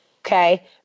Okay